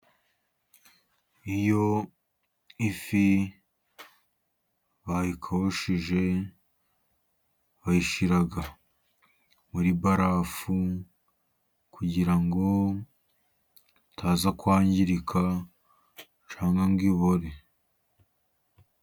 Iyo ifi bayikabushije, bayishyira muri barafu, kugira ngo itaza kwangirika cyangwa ngo ibore.